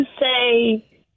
say